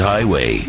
Highway